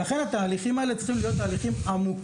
לכן התהליכים האלה צריכים להיות תהליכים עמוקים,